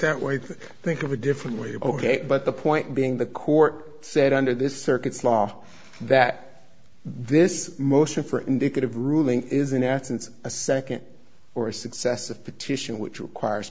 that way think of a different way ok but the point being the court said under this circuit's law that this motion for indicative ruling is an absence of a second or successive petition which requires